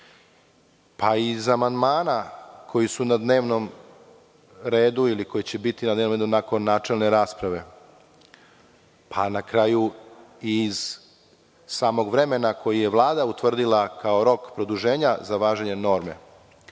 pa i iz amandmana koji su na dnevnom redu ili koji će biti na dnevnom redu nakon načelne rasprave, pa na kraju i iz samog vremena koji je Vlada utvrdila kao rok produženja za važenje norme,